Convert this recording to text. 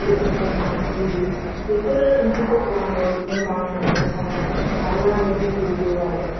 बेनिफ्राइ नार्जि बेफोरो ओंख्रिफोरखौ आङो मोजां मोनो संनो आरो आङो रोंगौबो आरो